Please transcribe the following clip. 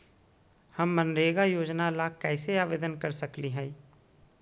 हम मनरेगा योजना ला कैसे आवेदन कर सकली हई?